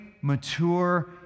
mature